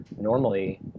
normally